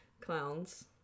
clowns